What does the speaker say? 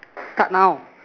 start now